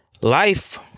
life